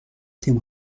تیم